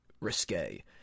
risque